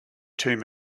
tomb